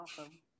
Awesome